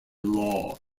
law